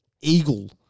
Eagle